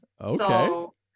Okay